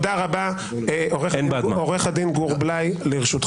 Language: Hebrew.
עורך הדין גור בליי, בבקשה.